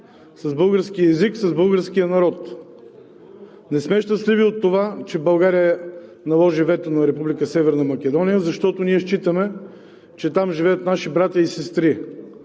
с българския език, с българския народ. Не сме щастливи от това, че България наложи вето на Република Северна Македония, защото ние считаме, че там живеят наши братя и сестри.